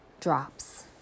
drops